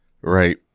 Right